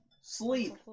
Sleep